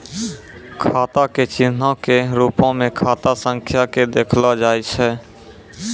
खाता के चिन्हो के रुपो मे खाता संख्या के देखलो जाय छै